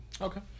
Okay